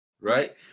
right